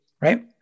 right